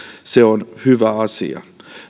se on hyvä asia